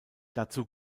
dazu